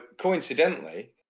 coincidentally